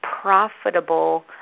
profitable